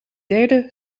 derde